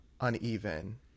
uneven